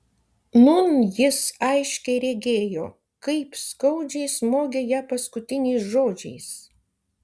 nūn jis aiškiai regėjo kaip skaudžiai smogė ją paskutiniais žodžiais